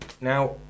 Now